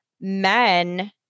men